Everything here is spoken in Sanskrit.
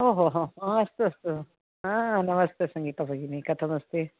ओ हो हो अस्तु अस्तु नमस्ते सङ्गीता भगिनी कथम् अस्ति